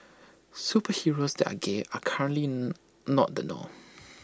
superheroes that are gay are currently not the norm